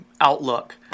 outlook